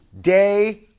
day